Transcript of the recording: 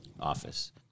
office